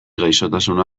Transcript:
gaixotasuna